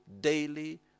daily